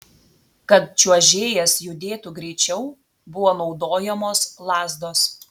kad čiuožėjas judėtų greičiau buvo naudojamos lazdos